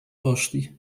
poszli